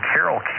Carol